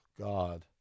God